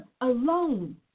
alone